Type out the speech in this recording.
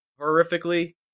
horrifically